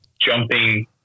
jumping